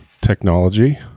technology